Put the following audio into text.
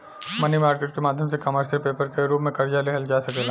मनी market के माध्यम से कमर्शियल पेपर के रूप में कर्जा लिहल जा सकेला